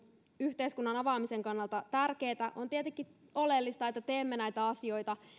yhteiskunnan avaamisen kannalta tärkeätä on tietenkin oleellista että teemme näitä asioita